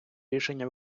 рішення